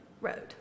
road